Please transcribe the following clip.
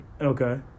Okay